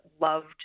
loved